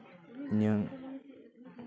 ᱤᱧᱟᱹᱝ